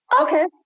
okay